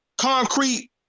concrete